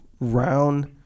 round